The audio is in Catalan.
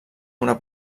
una